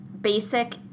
basic